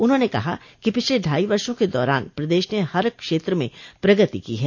उन्होंने कहा कि पिछले ढाई वर्षों के दौरान प्रदेश ने हर क्षेत्र में प्रगति की है